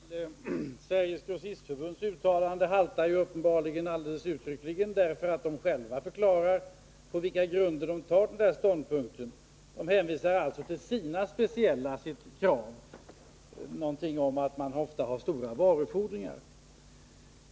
Herr talman! Hänvisningen till Sveriges grossistförbunds uttalande är uppenbarligen felaktig; förbundet förklarar självt på vilka grunder man intar denna ståndpunkt och hänvisar därvid till sina speciella krav — man har ofta stora varufordringar.